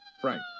Frank